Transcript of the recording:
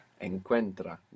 Encuentra